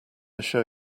show